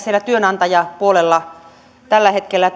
siellä työnantajapuolella tällä hetkellä